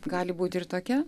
gali būti ir tokia